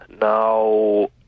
Now